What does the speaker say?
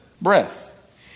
Breath